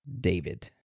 David